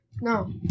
no